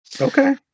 Okay